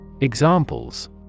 Examples